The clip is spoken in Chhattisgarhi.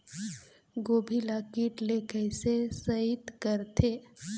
गोभी ल कीट ले कैसे सइत करथे?